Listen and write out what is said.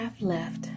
left